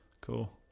cool